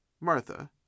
Martha